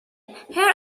here